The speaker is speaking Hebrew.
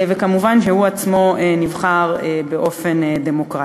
ומובן שהוא עצמו נבחר באופן דמוקרטי.